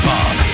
Bob